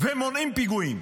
ומונעים פיגועים.